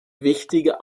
wichtige